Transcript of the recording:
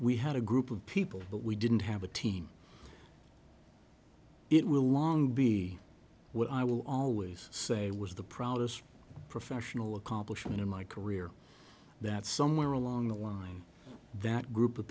we had a group of people but we didn't have a team it will long be what i will always say was the proudest professional accomplishment in my career that somewhere along the line that group of